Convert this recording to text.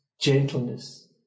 gentleness